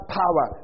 power